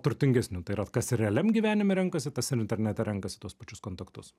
turtingesniu tai yra kas ir realiam gyvenime renkasi tas ir internete renkasi tuos pačius kontaktus